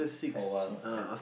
for a while ya